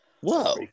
Whoa